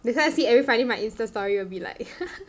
that's why see every Friday my Insta~ story will be like